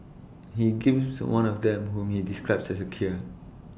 he gives one of them whom may describes as A queer